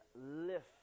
lift